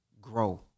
grow